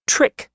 Trick